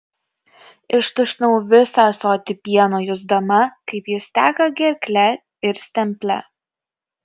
ištuštinau visą ąsotį pieno jusdama kaip jis teka gerkle ir stemple